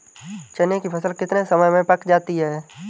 चने की फसल कितने समय में पक जाती है?